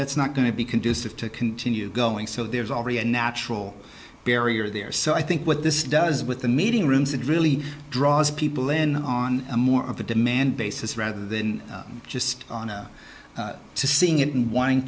that's not going to be conducive to continue going so there's already a natural barrier there so i think what this does with the meeting rooms it really draws people in on a more of a demand basis rather than just seeing it and wanting